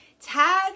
tag